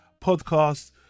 podcast